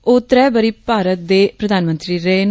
ओह् त्रै बारी भारत दे प्रधानमंत्री रेह् न